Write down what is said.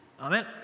Amen